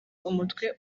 umutwe